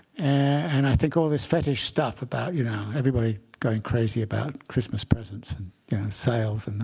and i think all this fetish stuff about you know everybody going crazy about christmas presents and yeah sales and